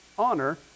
honor